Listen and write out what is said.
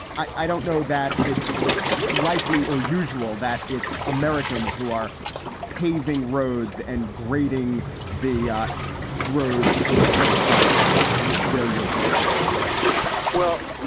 i don't know that it's likely or usual that it's americans who are paving roads and grading the roads in a place like where your book takes place well,